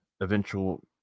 eventual